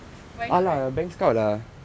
right now right